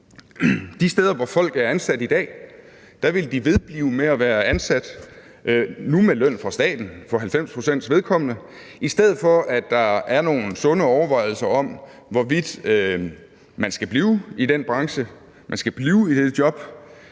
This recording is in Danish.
De steder, hvor folk er ansat i dag, vil de vedblive med at være ansat, nu med løn fra staten for 90 procents vedkommende, i stedet for at der er nogle sunde overvejelser om, hvorvidt man skal blive i den branche, man skal blive i det job,